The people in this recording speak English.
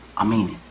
i mean